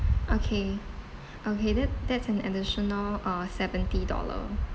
okay okay that that's an additional uh seventy dollar